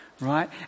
right